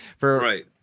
Right